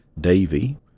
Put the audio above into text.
Davy